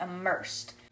immersed